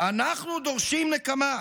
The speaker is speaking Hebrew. אנחנו דורשים נקמה,